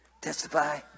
testify